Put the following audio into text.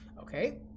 Okay